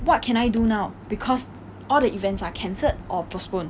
what can I do now because all the events are cancelled or postponed